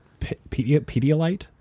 Pedialyte